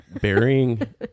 burying